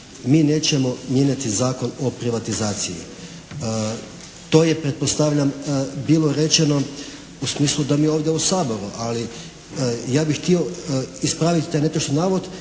mi nećemo mijenjati Zakon o privatizaciji. To je pretpostavljam bilo rečeno u smislu da mi ovdje u Saboru, ali ja bih htio ispraviti taj netočni navod